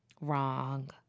Wrong